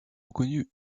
reconnue